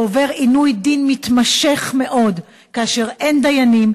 שעובר עינוי דין מתמשך מאוד כאשר אין דיינים